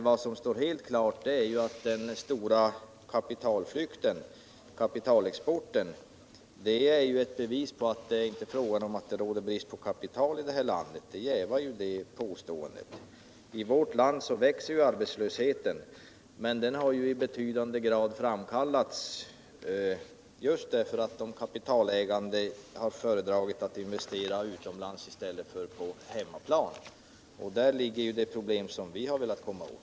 Vad som står helt klart är att den stora kapitalexporten utgör ett bevis på att det inte råder brist på kapital här i landet. I vårt land växer arbetslösheten, men den har i betydande grad framkallats just därför att de kapitalägande har föredragit att investera utomlands i stället för på hemmaplan. och däri ligger det problem som vi har velat komma åt.